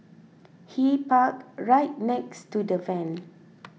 he parked right next to the van